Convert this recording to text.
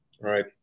Right